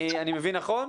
אני מבין נכון?